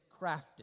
crafted